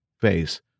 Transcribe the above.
face